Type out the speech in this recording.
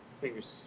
Fingers